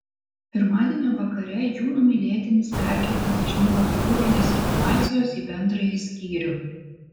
pirmadienio vakare jų numylėtinis perkeltas iš neurochirurginės reanimacijos į bendrąjį skyrių